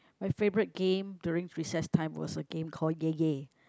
my favourite game during recess time was a game called yay yay